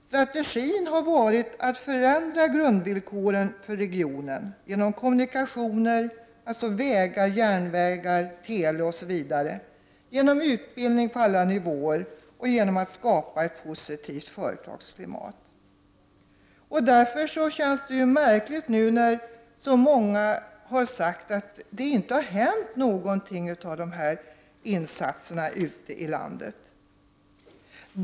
Strategin har varit att förändra grundvillkoren för regionen genom förbättrade kommunikationer — vägar, järnvägar, tele osv. —, genom utbildning på alla nivåer och genom att skapa ett positivt företagsklimat. Därför känns det märkligt när nu så många här har sagt att de här insatserna ute i landet inte har haft någon effekt.